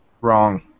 Wrong